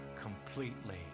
completely